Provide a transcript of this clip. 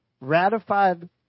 ratified